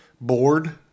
bored